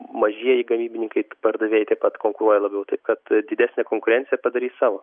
mažieji gamybininkai pardavėjai taip pat konkuruoja labiau taip kad didesnė konkurencija padarys savo